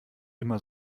immer